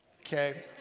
okay